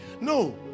No